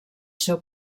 seu